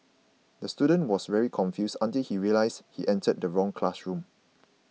the student was very confused until he realised he entered the wrong classroom